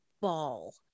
ball